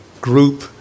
group